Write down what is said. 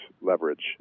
leverage